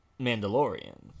mandalorian